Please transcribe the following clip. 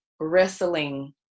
wrestling